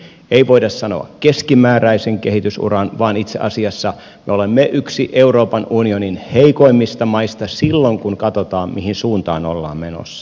ei voida sanoa keskimääräisen kehitysuran vaan itse asiassa me olemme yksi euroopan unionin heikoimmista maista silloin kun katsotaan mihin suuntaan ollaan menossa